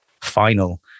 final